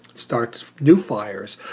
start new fires.